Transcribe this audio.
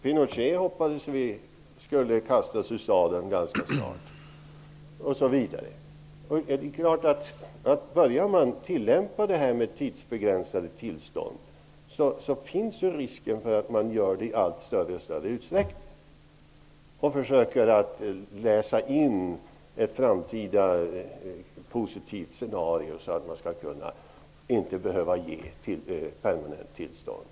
Vi hoppades att Pinochet skulle kastas ur sadeln ganska snart, osv. Om man börjar tillämpa tidsbegränsade tillstånd finns risken för att man gör det i större och större utsträckning. Man försöker läsa in positiva framtida scenarion så att man inte skall behöva ge permanenta tillstånd.